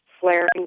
flaring